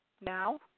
now